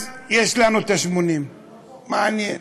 אז יש לנו 80. מעניין.